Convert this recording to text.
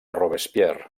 robespierre